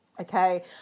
Okay